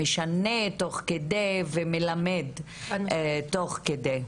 משנה תוך כדי ומלמד תוך כדי.